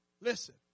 Listen